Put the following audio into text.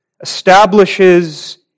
establishes